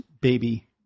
baby